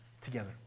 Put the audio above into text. Together